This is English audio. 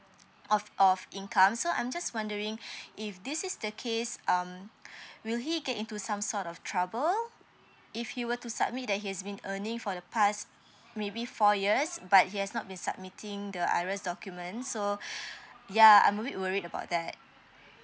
of of income so I'm just wondering if this is the case um will he get into some sort of trouble if he were to submit that he has been earning for the past maybe four years but he has not been submitting the iras documents so ya I'm a bit worried about that